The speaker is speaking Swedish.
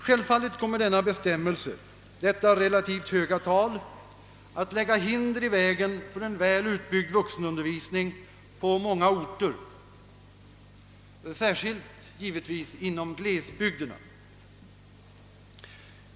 Självfallet kommer denna bestämmelse, detta relativt höga tal, att lägga hinder i vägen för en väl utbyggd vuxenundervisning på många orter, särskilt givetvis inom glesbygderna.